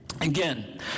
Again